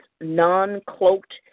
non-cloaked